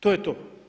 To je to.